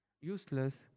useless